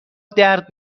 درد